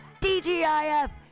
DGIF